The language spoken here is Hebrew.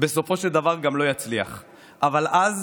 בסופו של דבר גם לא יצליח, אבל אז